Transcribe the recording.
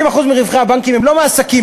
70% מרווחי הבנקים הם לא מעסקים,